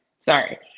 Sorry